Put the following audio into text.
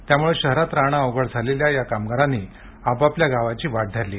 त्यामुळे शहरात राहणं अवघड झालेल्या या कामगारांनी आपापल्या गावची वाट धरली